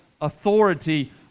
authority